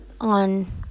on